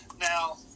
Now